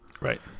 Right